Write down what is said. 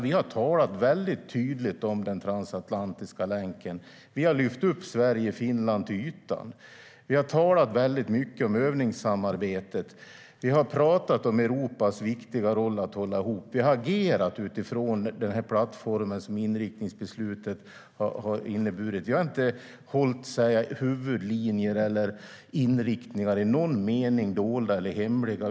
Vi har talat väldigt tydligt om den transatlantiska länken. Vi har lyft upp samarbetet mellan Sverige och Finland till ytan. Vi har talat mycket om övningssamarbetet. Vi har talat om Europas viktiga roll att hålla ihop. Vi har agerat utifrån den plattform som inriktningsbeslutet har inneburit. Vi har inte hållit huvudlinjer eller inriktningar i någon mening dolda eller hemliga.